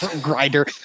grinder